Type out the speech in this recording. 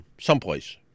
someplace